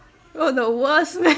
you're the worst man